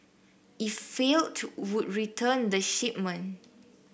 if failed to would return the shipment